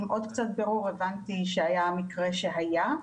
עם עוד קצת בירור הבנתי שהיה מקרה שהיה.